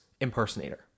impersonator